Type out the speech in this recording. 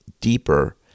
deeper